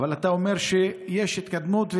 אבל אתה אומר שיש התקדמות,